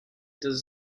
does